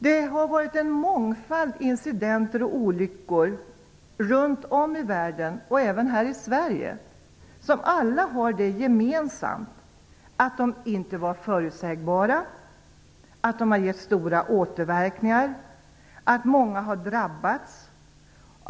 Det har varit en mångfald incidenter och olyckor runt om i världen och även här i Sverige som alla har det gemensamt att de inte var förutsägbara, att de har gett stora återverkningar och att många har drabbats.